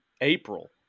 April